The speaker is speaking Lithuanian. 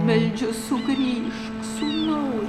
meldžiu sugrįžk sūnau